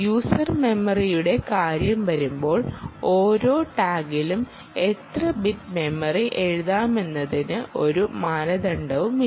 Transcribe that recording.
user മെമ്മറിയുടെ കാര്യം വരുമ്പോൾ ഓരോ ടാഗിലും എത്ര ബിറ്റ് മെമ്മറി എഴുതാമെന്നതിന് ഒരു മാനദണ്ഡവുമില്ല